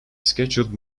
scheduled